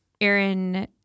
Aaron